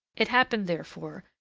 it happened, therefore,